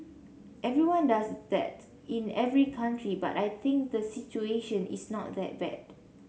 everyone does that in every country but I think the situation is not that bad